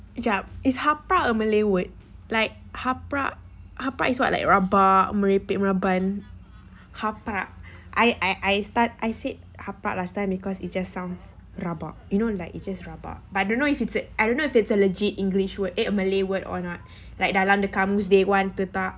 sekejap is haprak a malay word like haprak is what like rabak merepek meraban I I I start I said haprak last time because it just sounds rabak you know like it's just rabak but I don't know if it's a I don't know if it's a legit english word eh a malay word or not like dalam kamus dewan ke tak